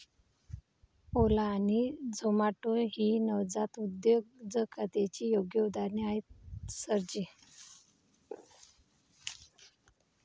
ओला आणि झोमाटो ही नवजात उद्योजकतेची योग्य उदाहरणे आहेत सर जी